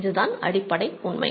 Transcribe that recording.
இதுதான் அடிப்படை உண்மை